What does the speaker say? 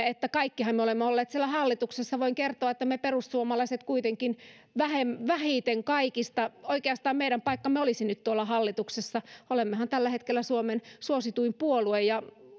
että kaikkihan me olemme olleet siellä hallituksessa voin kertoa että me perussuomalaiset kuitenkin vähiten kaikista oikeastaan meidän paikkamme olisi nyt tuolla hallituksessa olemmehan tällä hetkellä suomen suosituin puolue